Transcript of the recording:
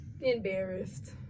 embarrassed